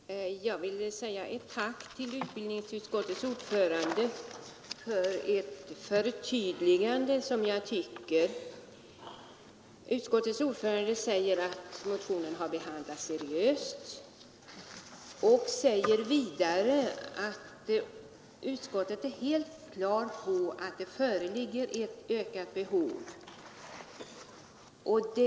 Herr talman! Jag vill säga ett tack till utbildningsutskottets ordförande för det förtydligande som jag fick. Utskottets ordförande säger att motionen har behandlats seriöst och att man inom utskottet är helt klar på att det föreligger ett ökat behov av talpedagoger och logopeder.